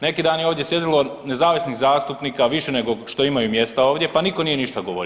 Neki dan je ovdje sjedilo nezavisnih zastupnika više nego što imaju mjesta ovdje pa nitko nije ništa govorio.